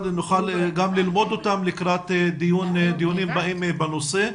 הדיון כדי שנוכל ללמוד אותם לקראת הדיונים הבאים בנושא.